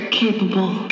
capable